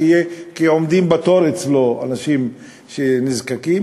כי עומדים בתור אצלו אנשים שנזקקים,